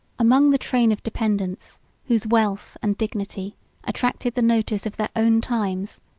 among the train of dependants whose wealth and dignity attracted the notice of their own times,